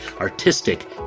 artistic